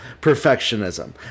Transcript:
perfectionism